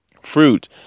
fruit